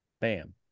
Bam